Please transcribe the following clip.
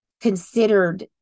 considered